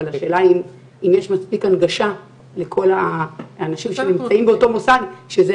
אבל השאלה היא אם יש מספיק הנגשה לכל האנשים שנמצאים באותו מוסד.